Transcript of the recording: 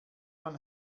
man